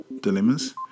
dilemmas